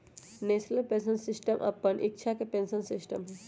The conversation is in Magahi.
नेशनल पेंशन सिस्टम अप्पन इच्छा के पेंशन सिस्टम हइ